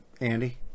Andy